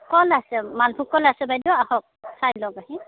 কল আছে মালভোগ কল আছে বাইদেউ আহক চাই লওক আহি